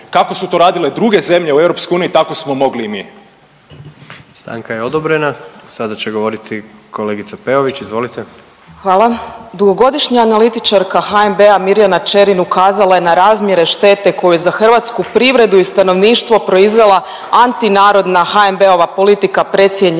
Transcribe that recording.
Kako su to radile druge zemlje u EU tako smo mogli i mi. **Jandroković, Gordan (HDZ)** Stanka je odobrena. Sada će govoriti kolegica Peović, izvolite. **Peović, Katarina (RF)** Hvala. Dugogodišnja analitičarka HNB-a Mirjana Čerin ukazala je na razmjere štete koju za hrvatsku privredu i stanovništvo proizvela antinarodna HNB-ova politika precijenjene